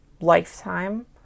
lifetime